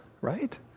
right